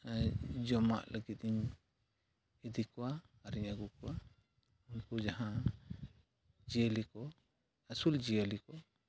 ᱡᱚᱢᱟᱜ ᱞᱟᱹᱜᱤᱫ ᱤᱧ ᱤᱫᱤ ᱠᱚᱣᱟ ᱟᱨᱤᱧ ᱟᱹᱜᱩ ᱠᱚᱣᱟ ᱩᱱᱠᱩ ᱡᱟᱦᱟᱸ ᱡᱤᱭᱟᱹᱞᱤ ᱠᱚ ᱟᱹᱥᱩᱞ ᱡᱤᱭᱟᱹᱞᱤ ᱠᱚ